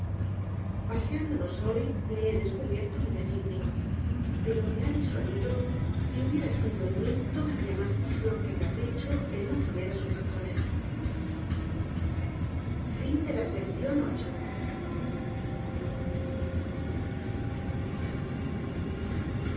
paseándonos hoy le he descubierto mi designio pero me ha disuadido y hubiera sido en mi todavía mas pasión que capricho el no ceder á sus razones